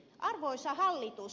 arvoisa hallitus